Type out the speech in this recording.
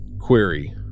query